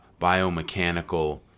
biomechanical